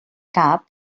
cap